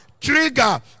trigger